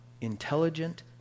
intelligent